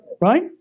right